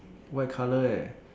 white colour eh